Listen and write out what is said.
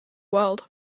world